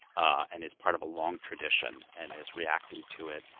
and is part of a long tradition, and is reacting to it,